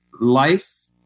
life